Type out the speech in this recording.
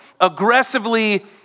aggressively